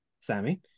Sammy